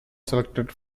selected